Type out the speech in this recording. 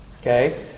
Okay